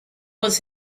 was